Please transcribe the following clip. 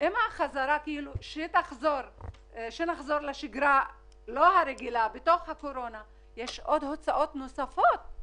בחשבון שכשנחזור לשגרה בתוך הקורונה אז יהיו הוצאות נוספות,